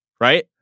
right